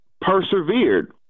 persevered